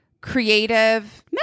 creative